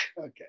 Okay